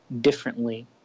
differently